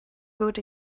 good